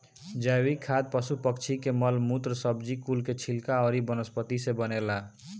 जैविक खाद पशु पक्षी के मल मूत्र, सब्जी कुल के छिलका अउरी वनस्पति से बनेला